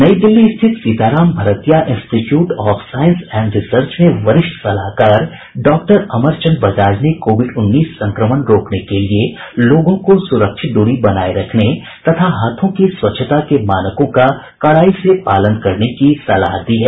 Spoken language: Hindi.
नई दिल्ली स्थित Sitaram Bhartia institute of science and research में वरिष्ठ सलाहकार डॉक्टर अमरचंद बजाज ने कोविड उन्नीस संक्रमण रोकने के लिए लोगों को सुरक्षित दूरी बनाये रखने तथा हाथों की स्वच्छता के मानकों का कड़ाई से पालन करने की सलाह दी है